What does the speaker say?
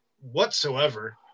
whatsoever –